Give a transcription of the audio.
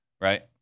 right